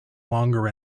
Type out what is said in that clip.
longer